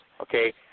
okay